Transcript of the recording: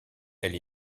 elle